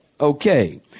Okay